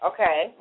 Okay